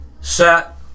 set